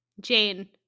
Jane